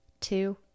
two